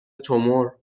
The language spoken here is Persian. تومور